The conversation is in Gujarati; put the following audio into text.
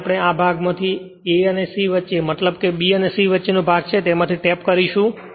જેને આપણે આ ભાગમાંથી જે A અને C વચ્ચે મતલબ B અને C વચ્ચેનો ભાગ છે તેમાથી ટેપ્ડ કરીશું